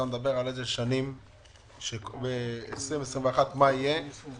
אתה מדבר על מה יהיה בשנים 20-21. ועל